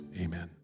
amen